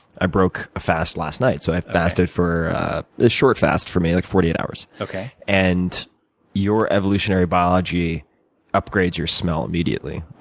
i broke a fast last night. so i fasted for a short fast for me, like forty eight hours. and your evolutionary biology upgrades your smell immediately.